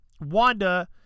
Wanda